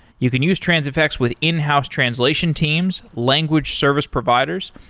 you can use transifex with in-house translation teams, language service providers.